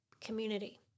community